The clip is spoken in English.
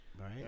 Right